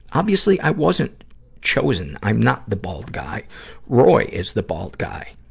obviously, i wasn't chosen. i'm not the bald guy roy is the bald guy.